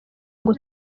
ngo